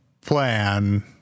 plan